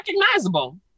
recognizable